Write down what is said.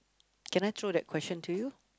can I throw that question to you